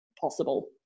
possible